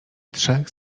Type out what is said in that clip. trzech